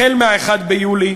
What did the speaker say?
החל מ-1 ביולי